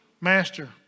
master